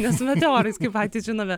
ne su meteorais kaip patys žinome